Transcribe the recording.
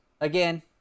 again